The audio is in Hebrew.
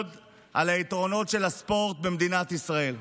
על היתרונות של הספורט במדינת ישראל,